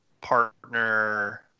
partner